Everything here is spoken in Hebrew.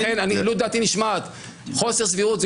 לכן לו דעתי נשמעת חוסר סבירות זאת